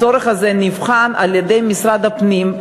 הצורך הזה נבחן על-ידי משרד הפנים,